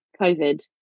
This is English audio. COVID